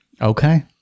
Okay